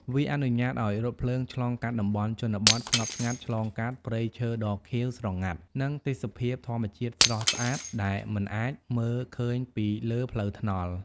វាអនុញ្ញាតឱ្យរថភ្លើងឆ្លងកាត់ តំបន់ជនបទ ស្ងប់ស្ងាត់ ឆ្លងកាត់ ព្រៃឈើដ៏ខៀវស្រងាត់ និង ទេសភាពធម្មជាតិស្រស់ស្អាត ដែលមិនអាចមើលឃើញពីលើផ្លូវថ្នល់។